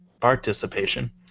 participation